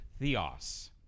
Theos